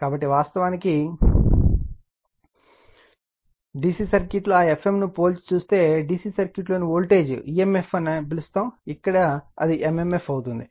కాబట్టి వాస్తవానికి DC సర్క్యూట్లో ఆ Fm ను పోల్చి చూస్తే DC సర్క్యూట్ లోని వోల్టేజ్ emf అని పిలుస్తారు ఇక్కడ అది m m f అవుతుంది